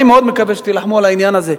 אני מקווה מאוד שתילחמו על העניין הזה.